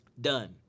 Done